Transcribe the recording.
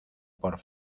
por